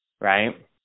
right